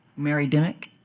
mary dimmock